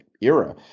era